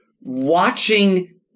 Watching